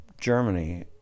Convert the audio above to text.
Germany